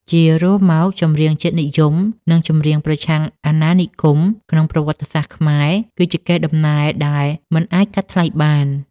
ជារួមមក ចម្រៀងជាតិនិយម និងចម្រៀងប្រឆាំងអាណានិគមក្នុងប្រវត្តិសាស្ត្រខ្មែរ គឺជាកេរដំណែលដែលមិនអាចកាត់ថ្លៃបាន។